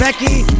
Becky